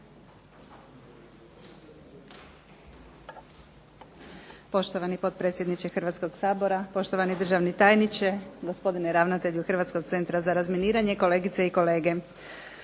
Poštovani potpredsjedniče Hrvatskog sabora, poštovani državni tajniče, gospodine ravnatelju Hrvatskog centra za razminiranje, kolegice i kolege.